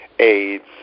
AIDS